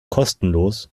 kostenlos